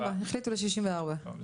לנשים.